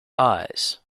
eyes